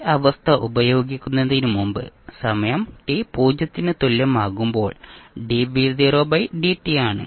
ഈ അവസ്ഥ ഉപയോഗിക്കുന്നതിന് മുമ്പ് സമയം t 0 ന് തുല്യമാകുമ്പോൾ ആണ്